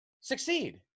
succeed